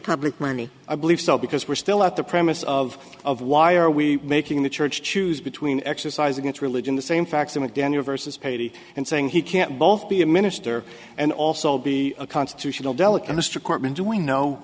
public money i believe so because we're still at the premise of of why are we making the church choose between exercising its religion the same facts the mcdaniel versus paty and saying he can't both be a minister and also be a constitutional delicate